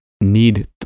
need